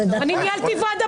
אני ניהלתי ועדה,